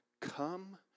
come